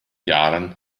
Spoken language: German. jahren